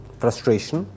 frustration